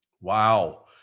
Wow